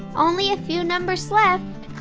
only a few numbers left.